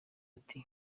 ati